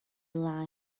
lie